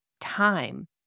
time